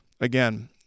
again